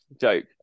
Joke